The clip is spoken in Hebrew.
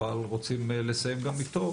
אבל רוצים לסיים גם איתו,